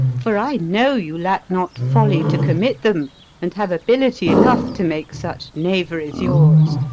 for i know you lack not folly to commit them and have ability enough to make such knaveries yours.